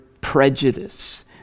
prejudice